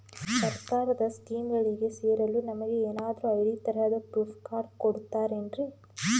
ಸರ್ಕಾರದ ಸ್ಕೀಮ್ಗಳಿಗೆ ಸೇರಲು ನಮಗೆ ಏನಾದ್ರು ಐ.ಡಿ ತರಹದ ಪ್ರೂಫ್ ಕಾರ್ಡ್ ಕೊಡುತ್ತಾರೆನ್ರಿ?